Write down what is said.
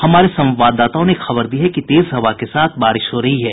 हमारे संवाददाताओं ने खबर दी है कि तेज हवा के साथ बारिश हो रही है